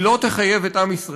היא לא תחייב את עם ישראל".